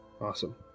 Awesome